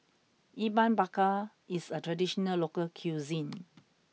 Ikan Bakar is a traditional local cuisine